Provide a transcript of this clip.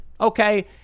okay